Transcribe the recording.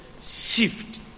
shift